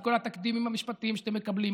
את כל התקדימים המשפטיים שאתם מקבלים,